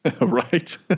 Right